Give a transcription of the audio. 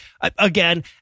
again